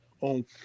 On